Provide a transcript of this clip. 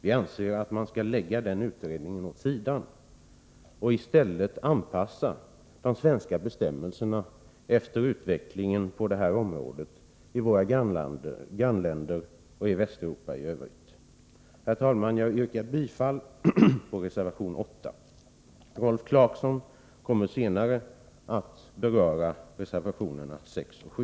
Vi anser att man skall lägga den utredningen åt sidan och i stället anpassa de svenska bestämmelserna efter utvecklingen på detta område i våra grannländer och i Västeuropa i övrigt. Herr talman! Jag yrkar bifall till reservation 8. Rolf Clarkson kommer senare att beröra reservationerna 6 och 7.